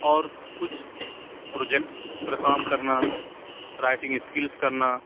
اور کچھ پروجیکٹ پر کام کرنا رائٹنگ اسکلس کرنا